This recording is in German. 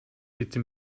bitte